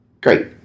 Great